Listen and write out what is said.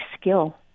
skill